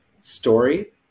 story